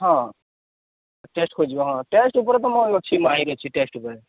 ହଁ ଟେଷ୍ଟ ହଁ ଟେଷ୍ଟ ଉପରେ ତ ମୁଁ ଅଛି ଅଛି ଟେଷ୍ଟ ଉପରେ